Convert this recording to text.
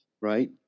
Right